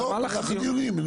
לא, במהלך הדיונים.